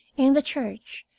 in the church,